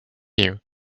you